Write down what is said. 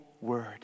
word